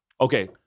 okay